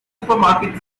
supermarket